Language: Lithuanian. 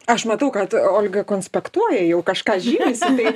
aš matau kad olga konspektuoja jau kažką žymisi tai